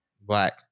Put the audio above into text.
Black